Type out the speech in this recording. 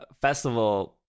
festival